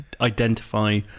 Identify